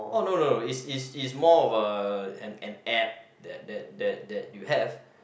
oh no no is is is more of a an an app that that that that you have